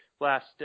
Last